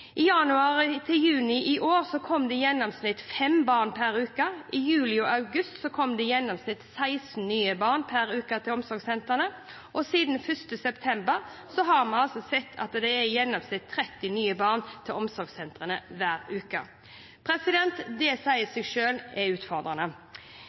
per uke. I juli og august kom det i gjennomsnitt 16 nye barn per uke til omsorgssentrene. Og siden 1. september har vi sett at det kommer i gjennomsnitt 30 nye barn til omsorgssentrene hver uke. Det sier seg selv at det er utfordrende.